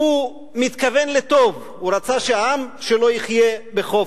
הוא התכוון לטוב, הוא רצה שהעם שלו יחיה בחופש.